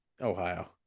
Ohio